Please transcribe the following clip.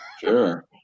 sure